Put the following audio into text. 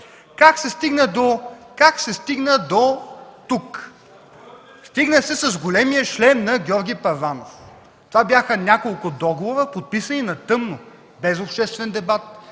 Как се стигна до тук? Стигна се с „Големия шлем” на Георги Първанов. Това бяха няколко договора, подписани на тъмно, без обществен дебат,